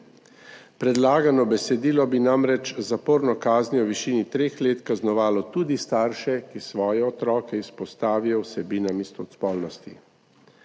Predlagano besedilo bi namreč z zaporno kaznijo v višini treh let kaznovalo tudi starše, ki svoje otroke izpostavijo vsebinam istospolnosti.